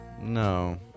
No